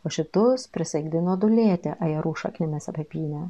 o šitus prisaikdino dūlėti ajerų šaknimis apipynę